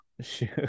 shoot